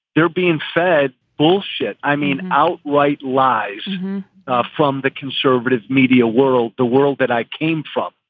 they're being fed bullshit. i mean, outright lies from the conservative media world, the world that i came from.